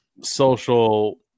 social